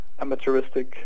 amateuristic